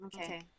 Okay